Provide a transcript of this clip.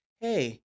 hey